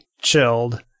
chilled